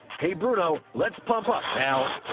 hey bruno, let's pump up pal!